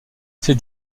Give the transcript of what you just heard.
ces